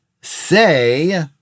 say